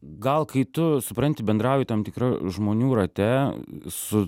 gal kai tu supranti bendrauji tam tikra žmonių rate su